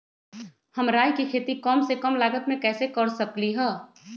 हम राई के खेती कम से कम लागत में कैसे कर सकली ह?